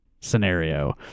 scenario